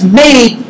made